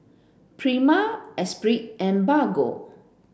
Prima Esprit and Bargo